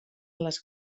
les